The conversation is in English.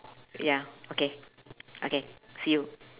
ya okay okay see you